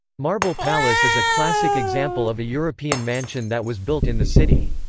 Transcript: marble palace is a classic example of a european mansion that was built in the city.